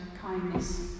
kindness